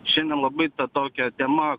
šiandien labai tokia tema